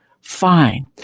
fine